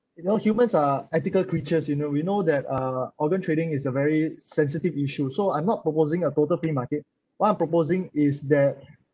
you know humans are ethical creatures you know we know that uh organ trading is a very sensitive issue so I'm not proposing a total free market what I'm proposing is that